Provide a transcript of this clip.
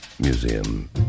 museum